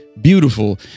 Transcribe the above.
beautiful